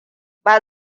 ba